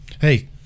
Hey